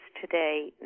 today